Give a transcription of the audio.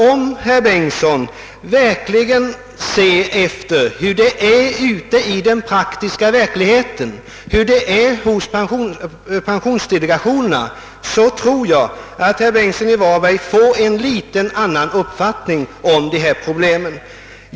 Om herr Bengtsson ser efter hurudan situationen verkligen är och hur frågorna ligger till hos pensionsdelegationerna, kommer herr Bengtsson säkerligen att få en annan uppfattning om problemen.